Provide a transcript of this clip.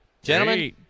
Gentlemen